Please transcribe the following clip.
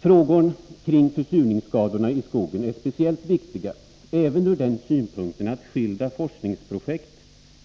Frågorna kring försurningsskadorna i skogen är speciellt viktiga även ur den synvinkeln att skilda forskningsprojekt